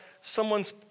someone's